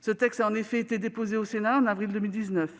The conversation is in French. Ce texte a en effet été déposé au Sénat en avril 2019.